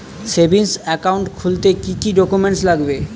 Savings account খুলতে কি কি ডকুমেন্টস লাগবে?